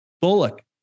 Bullock